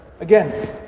Again